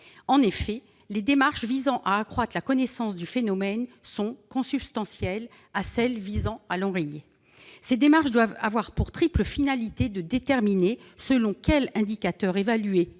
En effet, les démarches visant à accroître la connaissance du phénomène sont consubstantielles à celles qui visent à l'enrayer. Ces démarches doivent avoir pour triple finalité de déterminer selon quels indicateurs évaluer